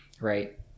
right